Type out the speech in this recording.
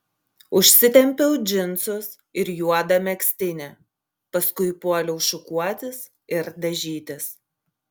užsitempiau džinsus ir juodą megztinį paskui puoliau šukuotis ir dažytis